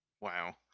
Wow